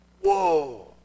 Whoa